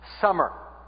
summer